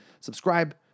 Subscribe